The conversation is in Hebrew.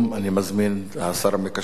אני מזמין את השר המקשר,